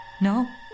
No